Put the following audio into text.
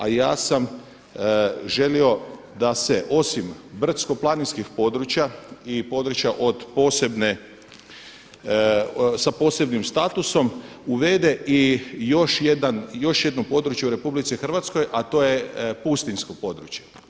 A ja sam želio da se osim brdsko-planinskih područja i područja od posebne, sa posebnim statusom uvede i još jedan, još jedno područje u RH a to je pustinjsko područje.